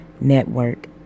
Network